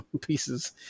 pieces